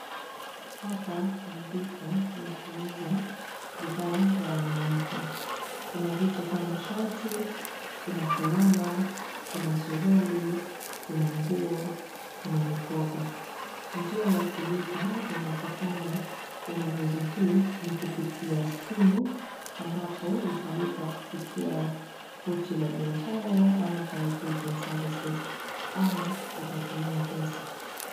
Hapa ni duka la kuuza bidhaa za wanawake kuna vitu kama shati, kuna fulana, kuna suruali, kuna nguo, kuna mikoba. Njia ya kulipa unapofanya ununuzi huu, ni kupitia simu, ambapo utalipa kupitia pochi la biashara ama buy goods and services ama utatumia pesa.